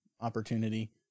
opportunity